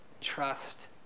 trust